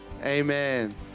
amen